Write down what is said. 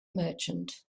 merchant